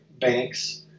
banks